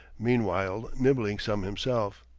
meanwhile nibbling some himself.